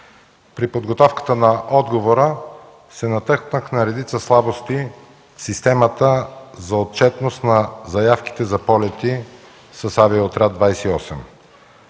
при подготовката на отговора се натъкнах на редица слабости в системата за отчетност на заявките за полети с „Авиоотряд 28”.